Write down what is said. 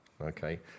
Okay